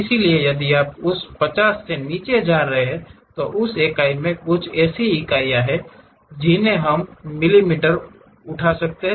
इसलिए यदि आप उस 50 से नीचे आ रहे हैं तो उस इकाई में कुछ ऐसी इकाइयाँ हैं जिन्हें हम मिमी उठा सकते हैं